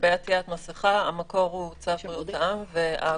לגבי עטיית מסכה המקור הוא צו בריאות העם.